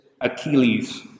Achilles